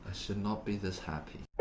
should not be this happy.